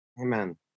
Amen